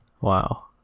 wow